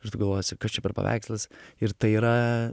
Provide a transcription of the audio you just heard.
ir tu galvosi kas čia per paveikslas ir tai yra